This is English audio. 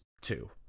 two